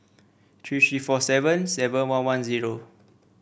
three three four seven seven one one zero